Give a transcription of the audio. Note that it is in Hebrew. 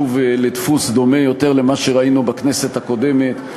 לדפוס דומה יותר למה שראינו בכנסת הקודמת,